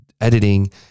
editing